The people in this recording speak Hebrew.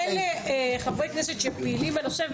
אלה חברי הכנסת שפעילים בנושא.